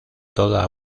toda